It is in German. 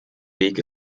weg